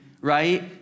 right